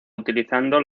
utilizando